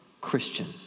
Christian